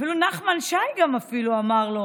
אפילו נחמן שי אמר את זה,